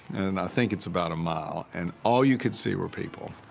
and i think it's about a mile. and all you could see were people.